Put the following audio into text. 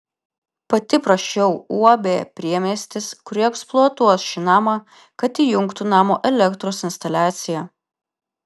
pati prašiau uab priemiestis kuri eksploatuos šį namą kad įjungtų namo elektros instaliaciją